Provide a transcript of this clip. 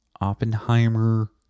Oppenheimer